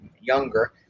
younger